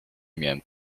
miałem